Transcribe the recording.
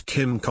Kim